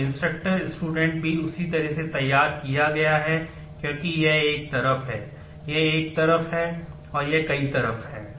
तो इंस्ट्रक्टर भी उसी तरह से तैयार किया गया है क्योंकि यह एक तरफ है यह एक तरफ है और यह कई तरफ है